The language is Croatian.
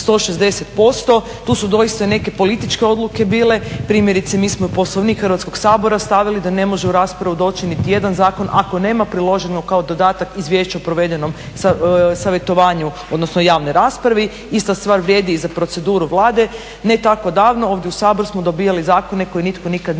tu su doista i neke političke odluke bile. Primjerice mi smo Poslovnik Hrvatskog sabora stavili da ne može u raspravu doći nitijedan zakon ako nema priloženo kao dodatak Izvješće o provedenom savjetovanju odnosno javnoj raspravi. Ista stvar vrijedi i za proceduru Vlade. Ne tako davno ovdje u Sabor smo dobivali zakone koje nitko nikad nije